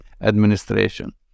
administration